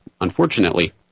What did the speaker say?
unfortunately